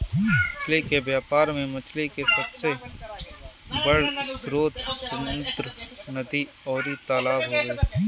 मछली के व्यापार में मछरी के सबसे बड़ स्रोत समुंद्र, नदी अउरी तालाब हवे